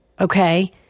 okay